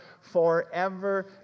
forever